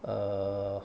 err